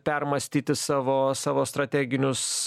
permąstyti savo savo strateginius